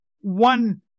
one